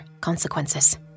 consequences